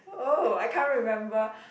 oh I can't remember